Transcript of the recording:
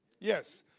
yes.